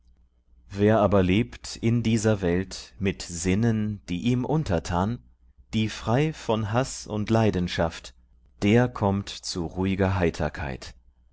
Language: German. wer aber lebt in dieser welt mit sinnen die ihm untertan die frei von haß und leidenschaft der kommt zu ruh'ger heiterkeit